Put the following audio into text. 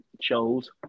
shows